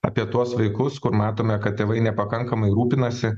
apie tuos vaikus kur matome kad tėvai nepakankamai rūpinasi